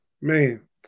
Man